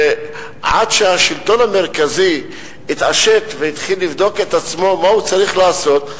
עד שהשלטון המרכזי התעשת והתחיל לבדוק את עצמו מה הוא צריך לעשות,